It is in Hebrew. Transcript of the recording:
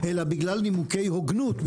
אלא מנימוקי הגונות,